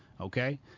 Okay